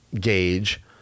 gauge